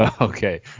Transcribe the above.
Okay